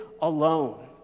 alone